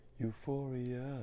Euphoria